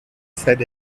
said